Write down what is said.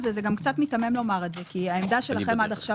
קצת מיתמם לומר את זה כי עמדתכם עד כה